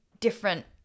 different